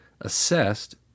assessed